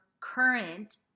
current